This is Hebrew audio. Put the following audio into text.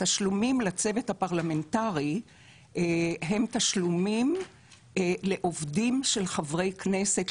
התשלומים לצוות הפרלמנטרי הם תשלומים לעובדים של חברי כנסת,